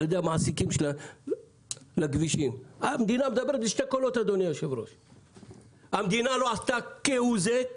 אנחנו מדברים על מסגרות האשראי בכרטיסי האשראי,